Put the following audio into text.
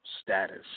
status